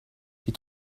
die